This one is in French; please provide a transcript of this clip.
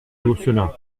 gosselin